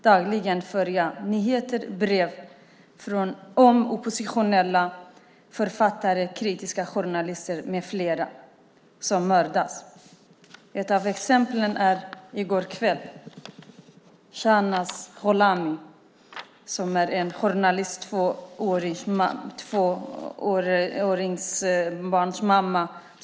Dagligen får jag nyheter och brev om oppositionella författare, kritiska journalister med flera som mördas. Ett av exemplen är från i går kväll, Shahnaz Gholami, som är journalist och mamma till en tvååring.